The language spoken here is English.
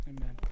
amen